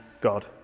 God